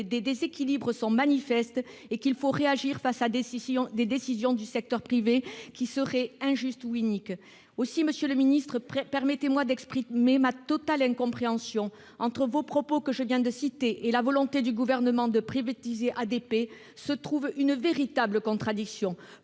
des déséquilibres sont manifestes et qu'il faut réagir face à des décisions du secteur privé qui seraient injustes ou iniques. » Aussi, monsieur le ministre, permettez-moi d'exprimer ma totale incompréhension : entre vos propos que je viens de citer et la volonté du Gouvernement de privatiser ADP, il y a une véritable contradiction.